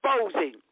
exposing